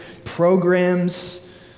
Programs